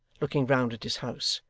looking round at his house.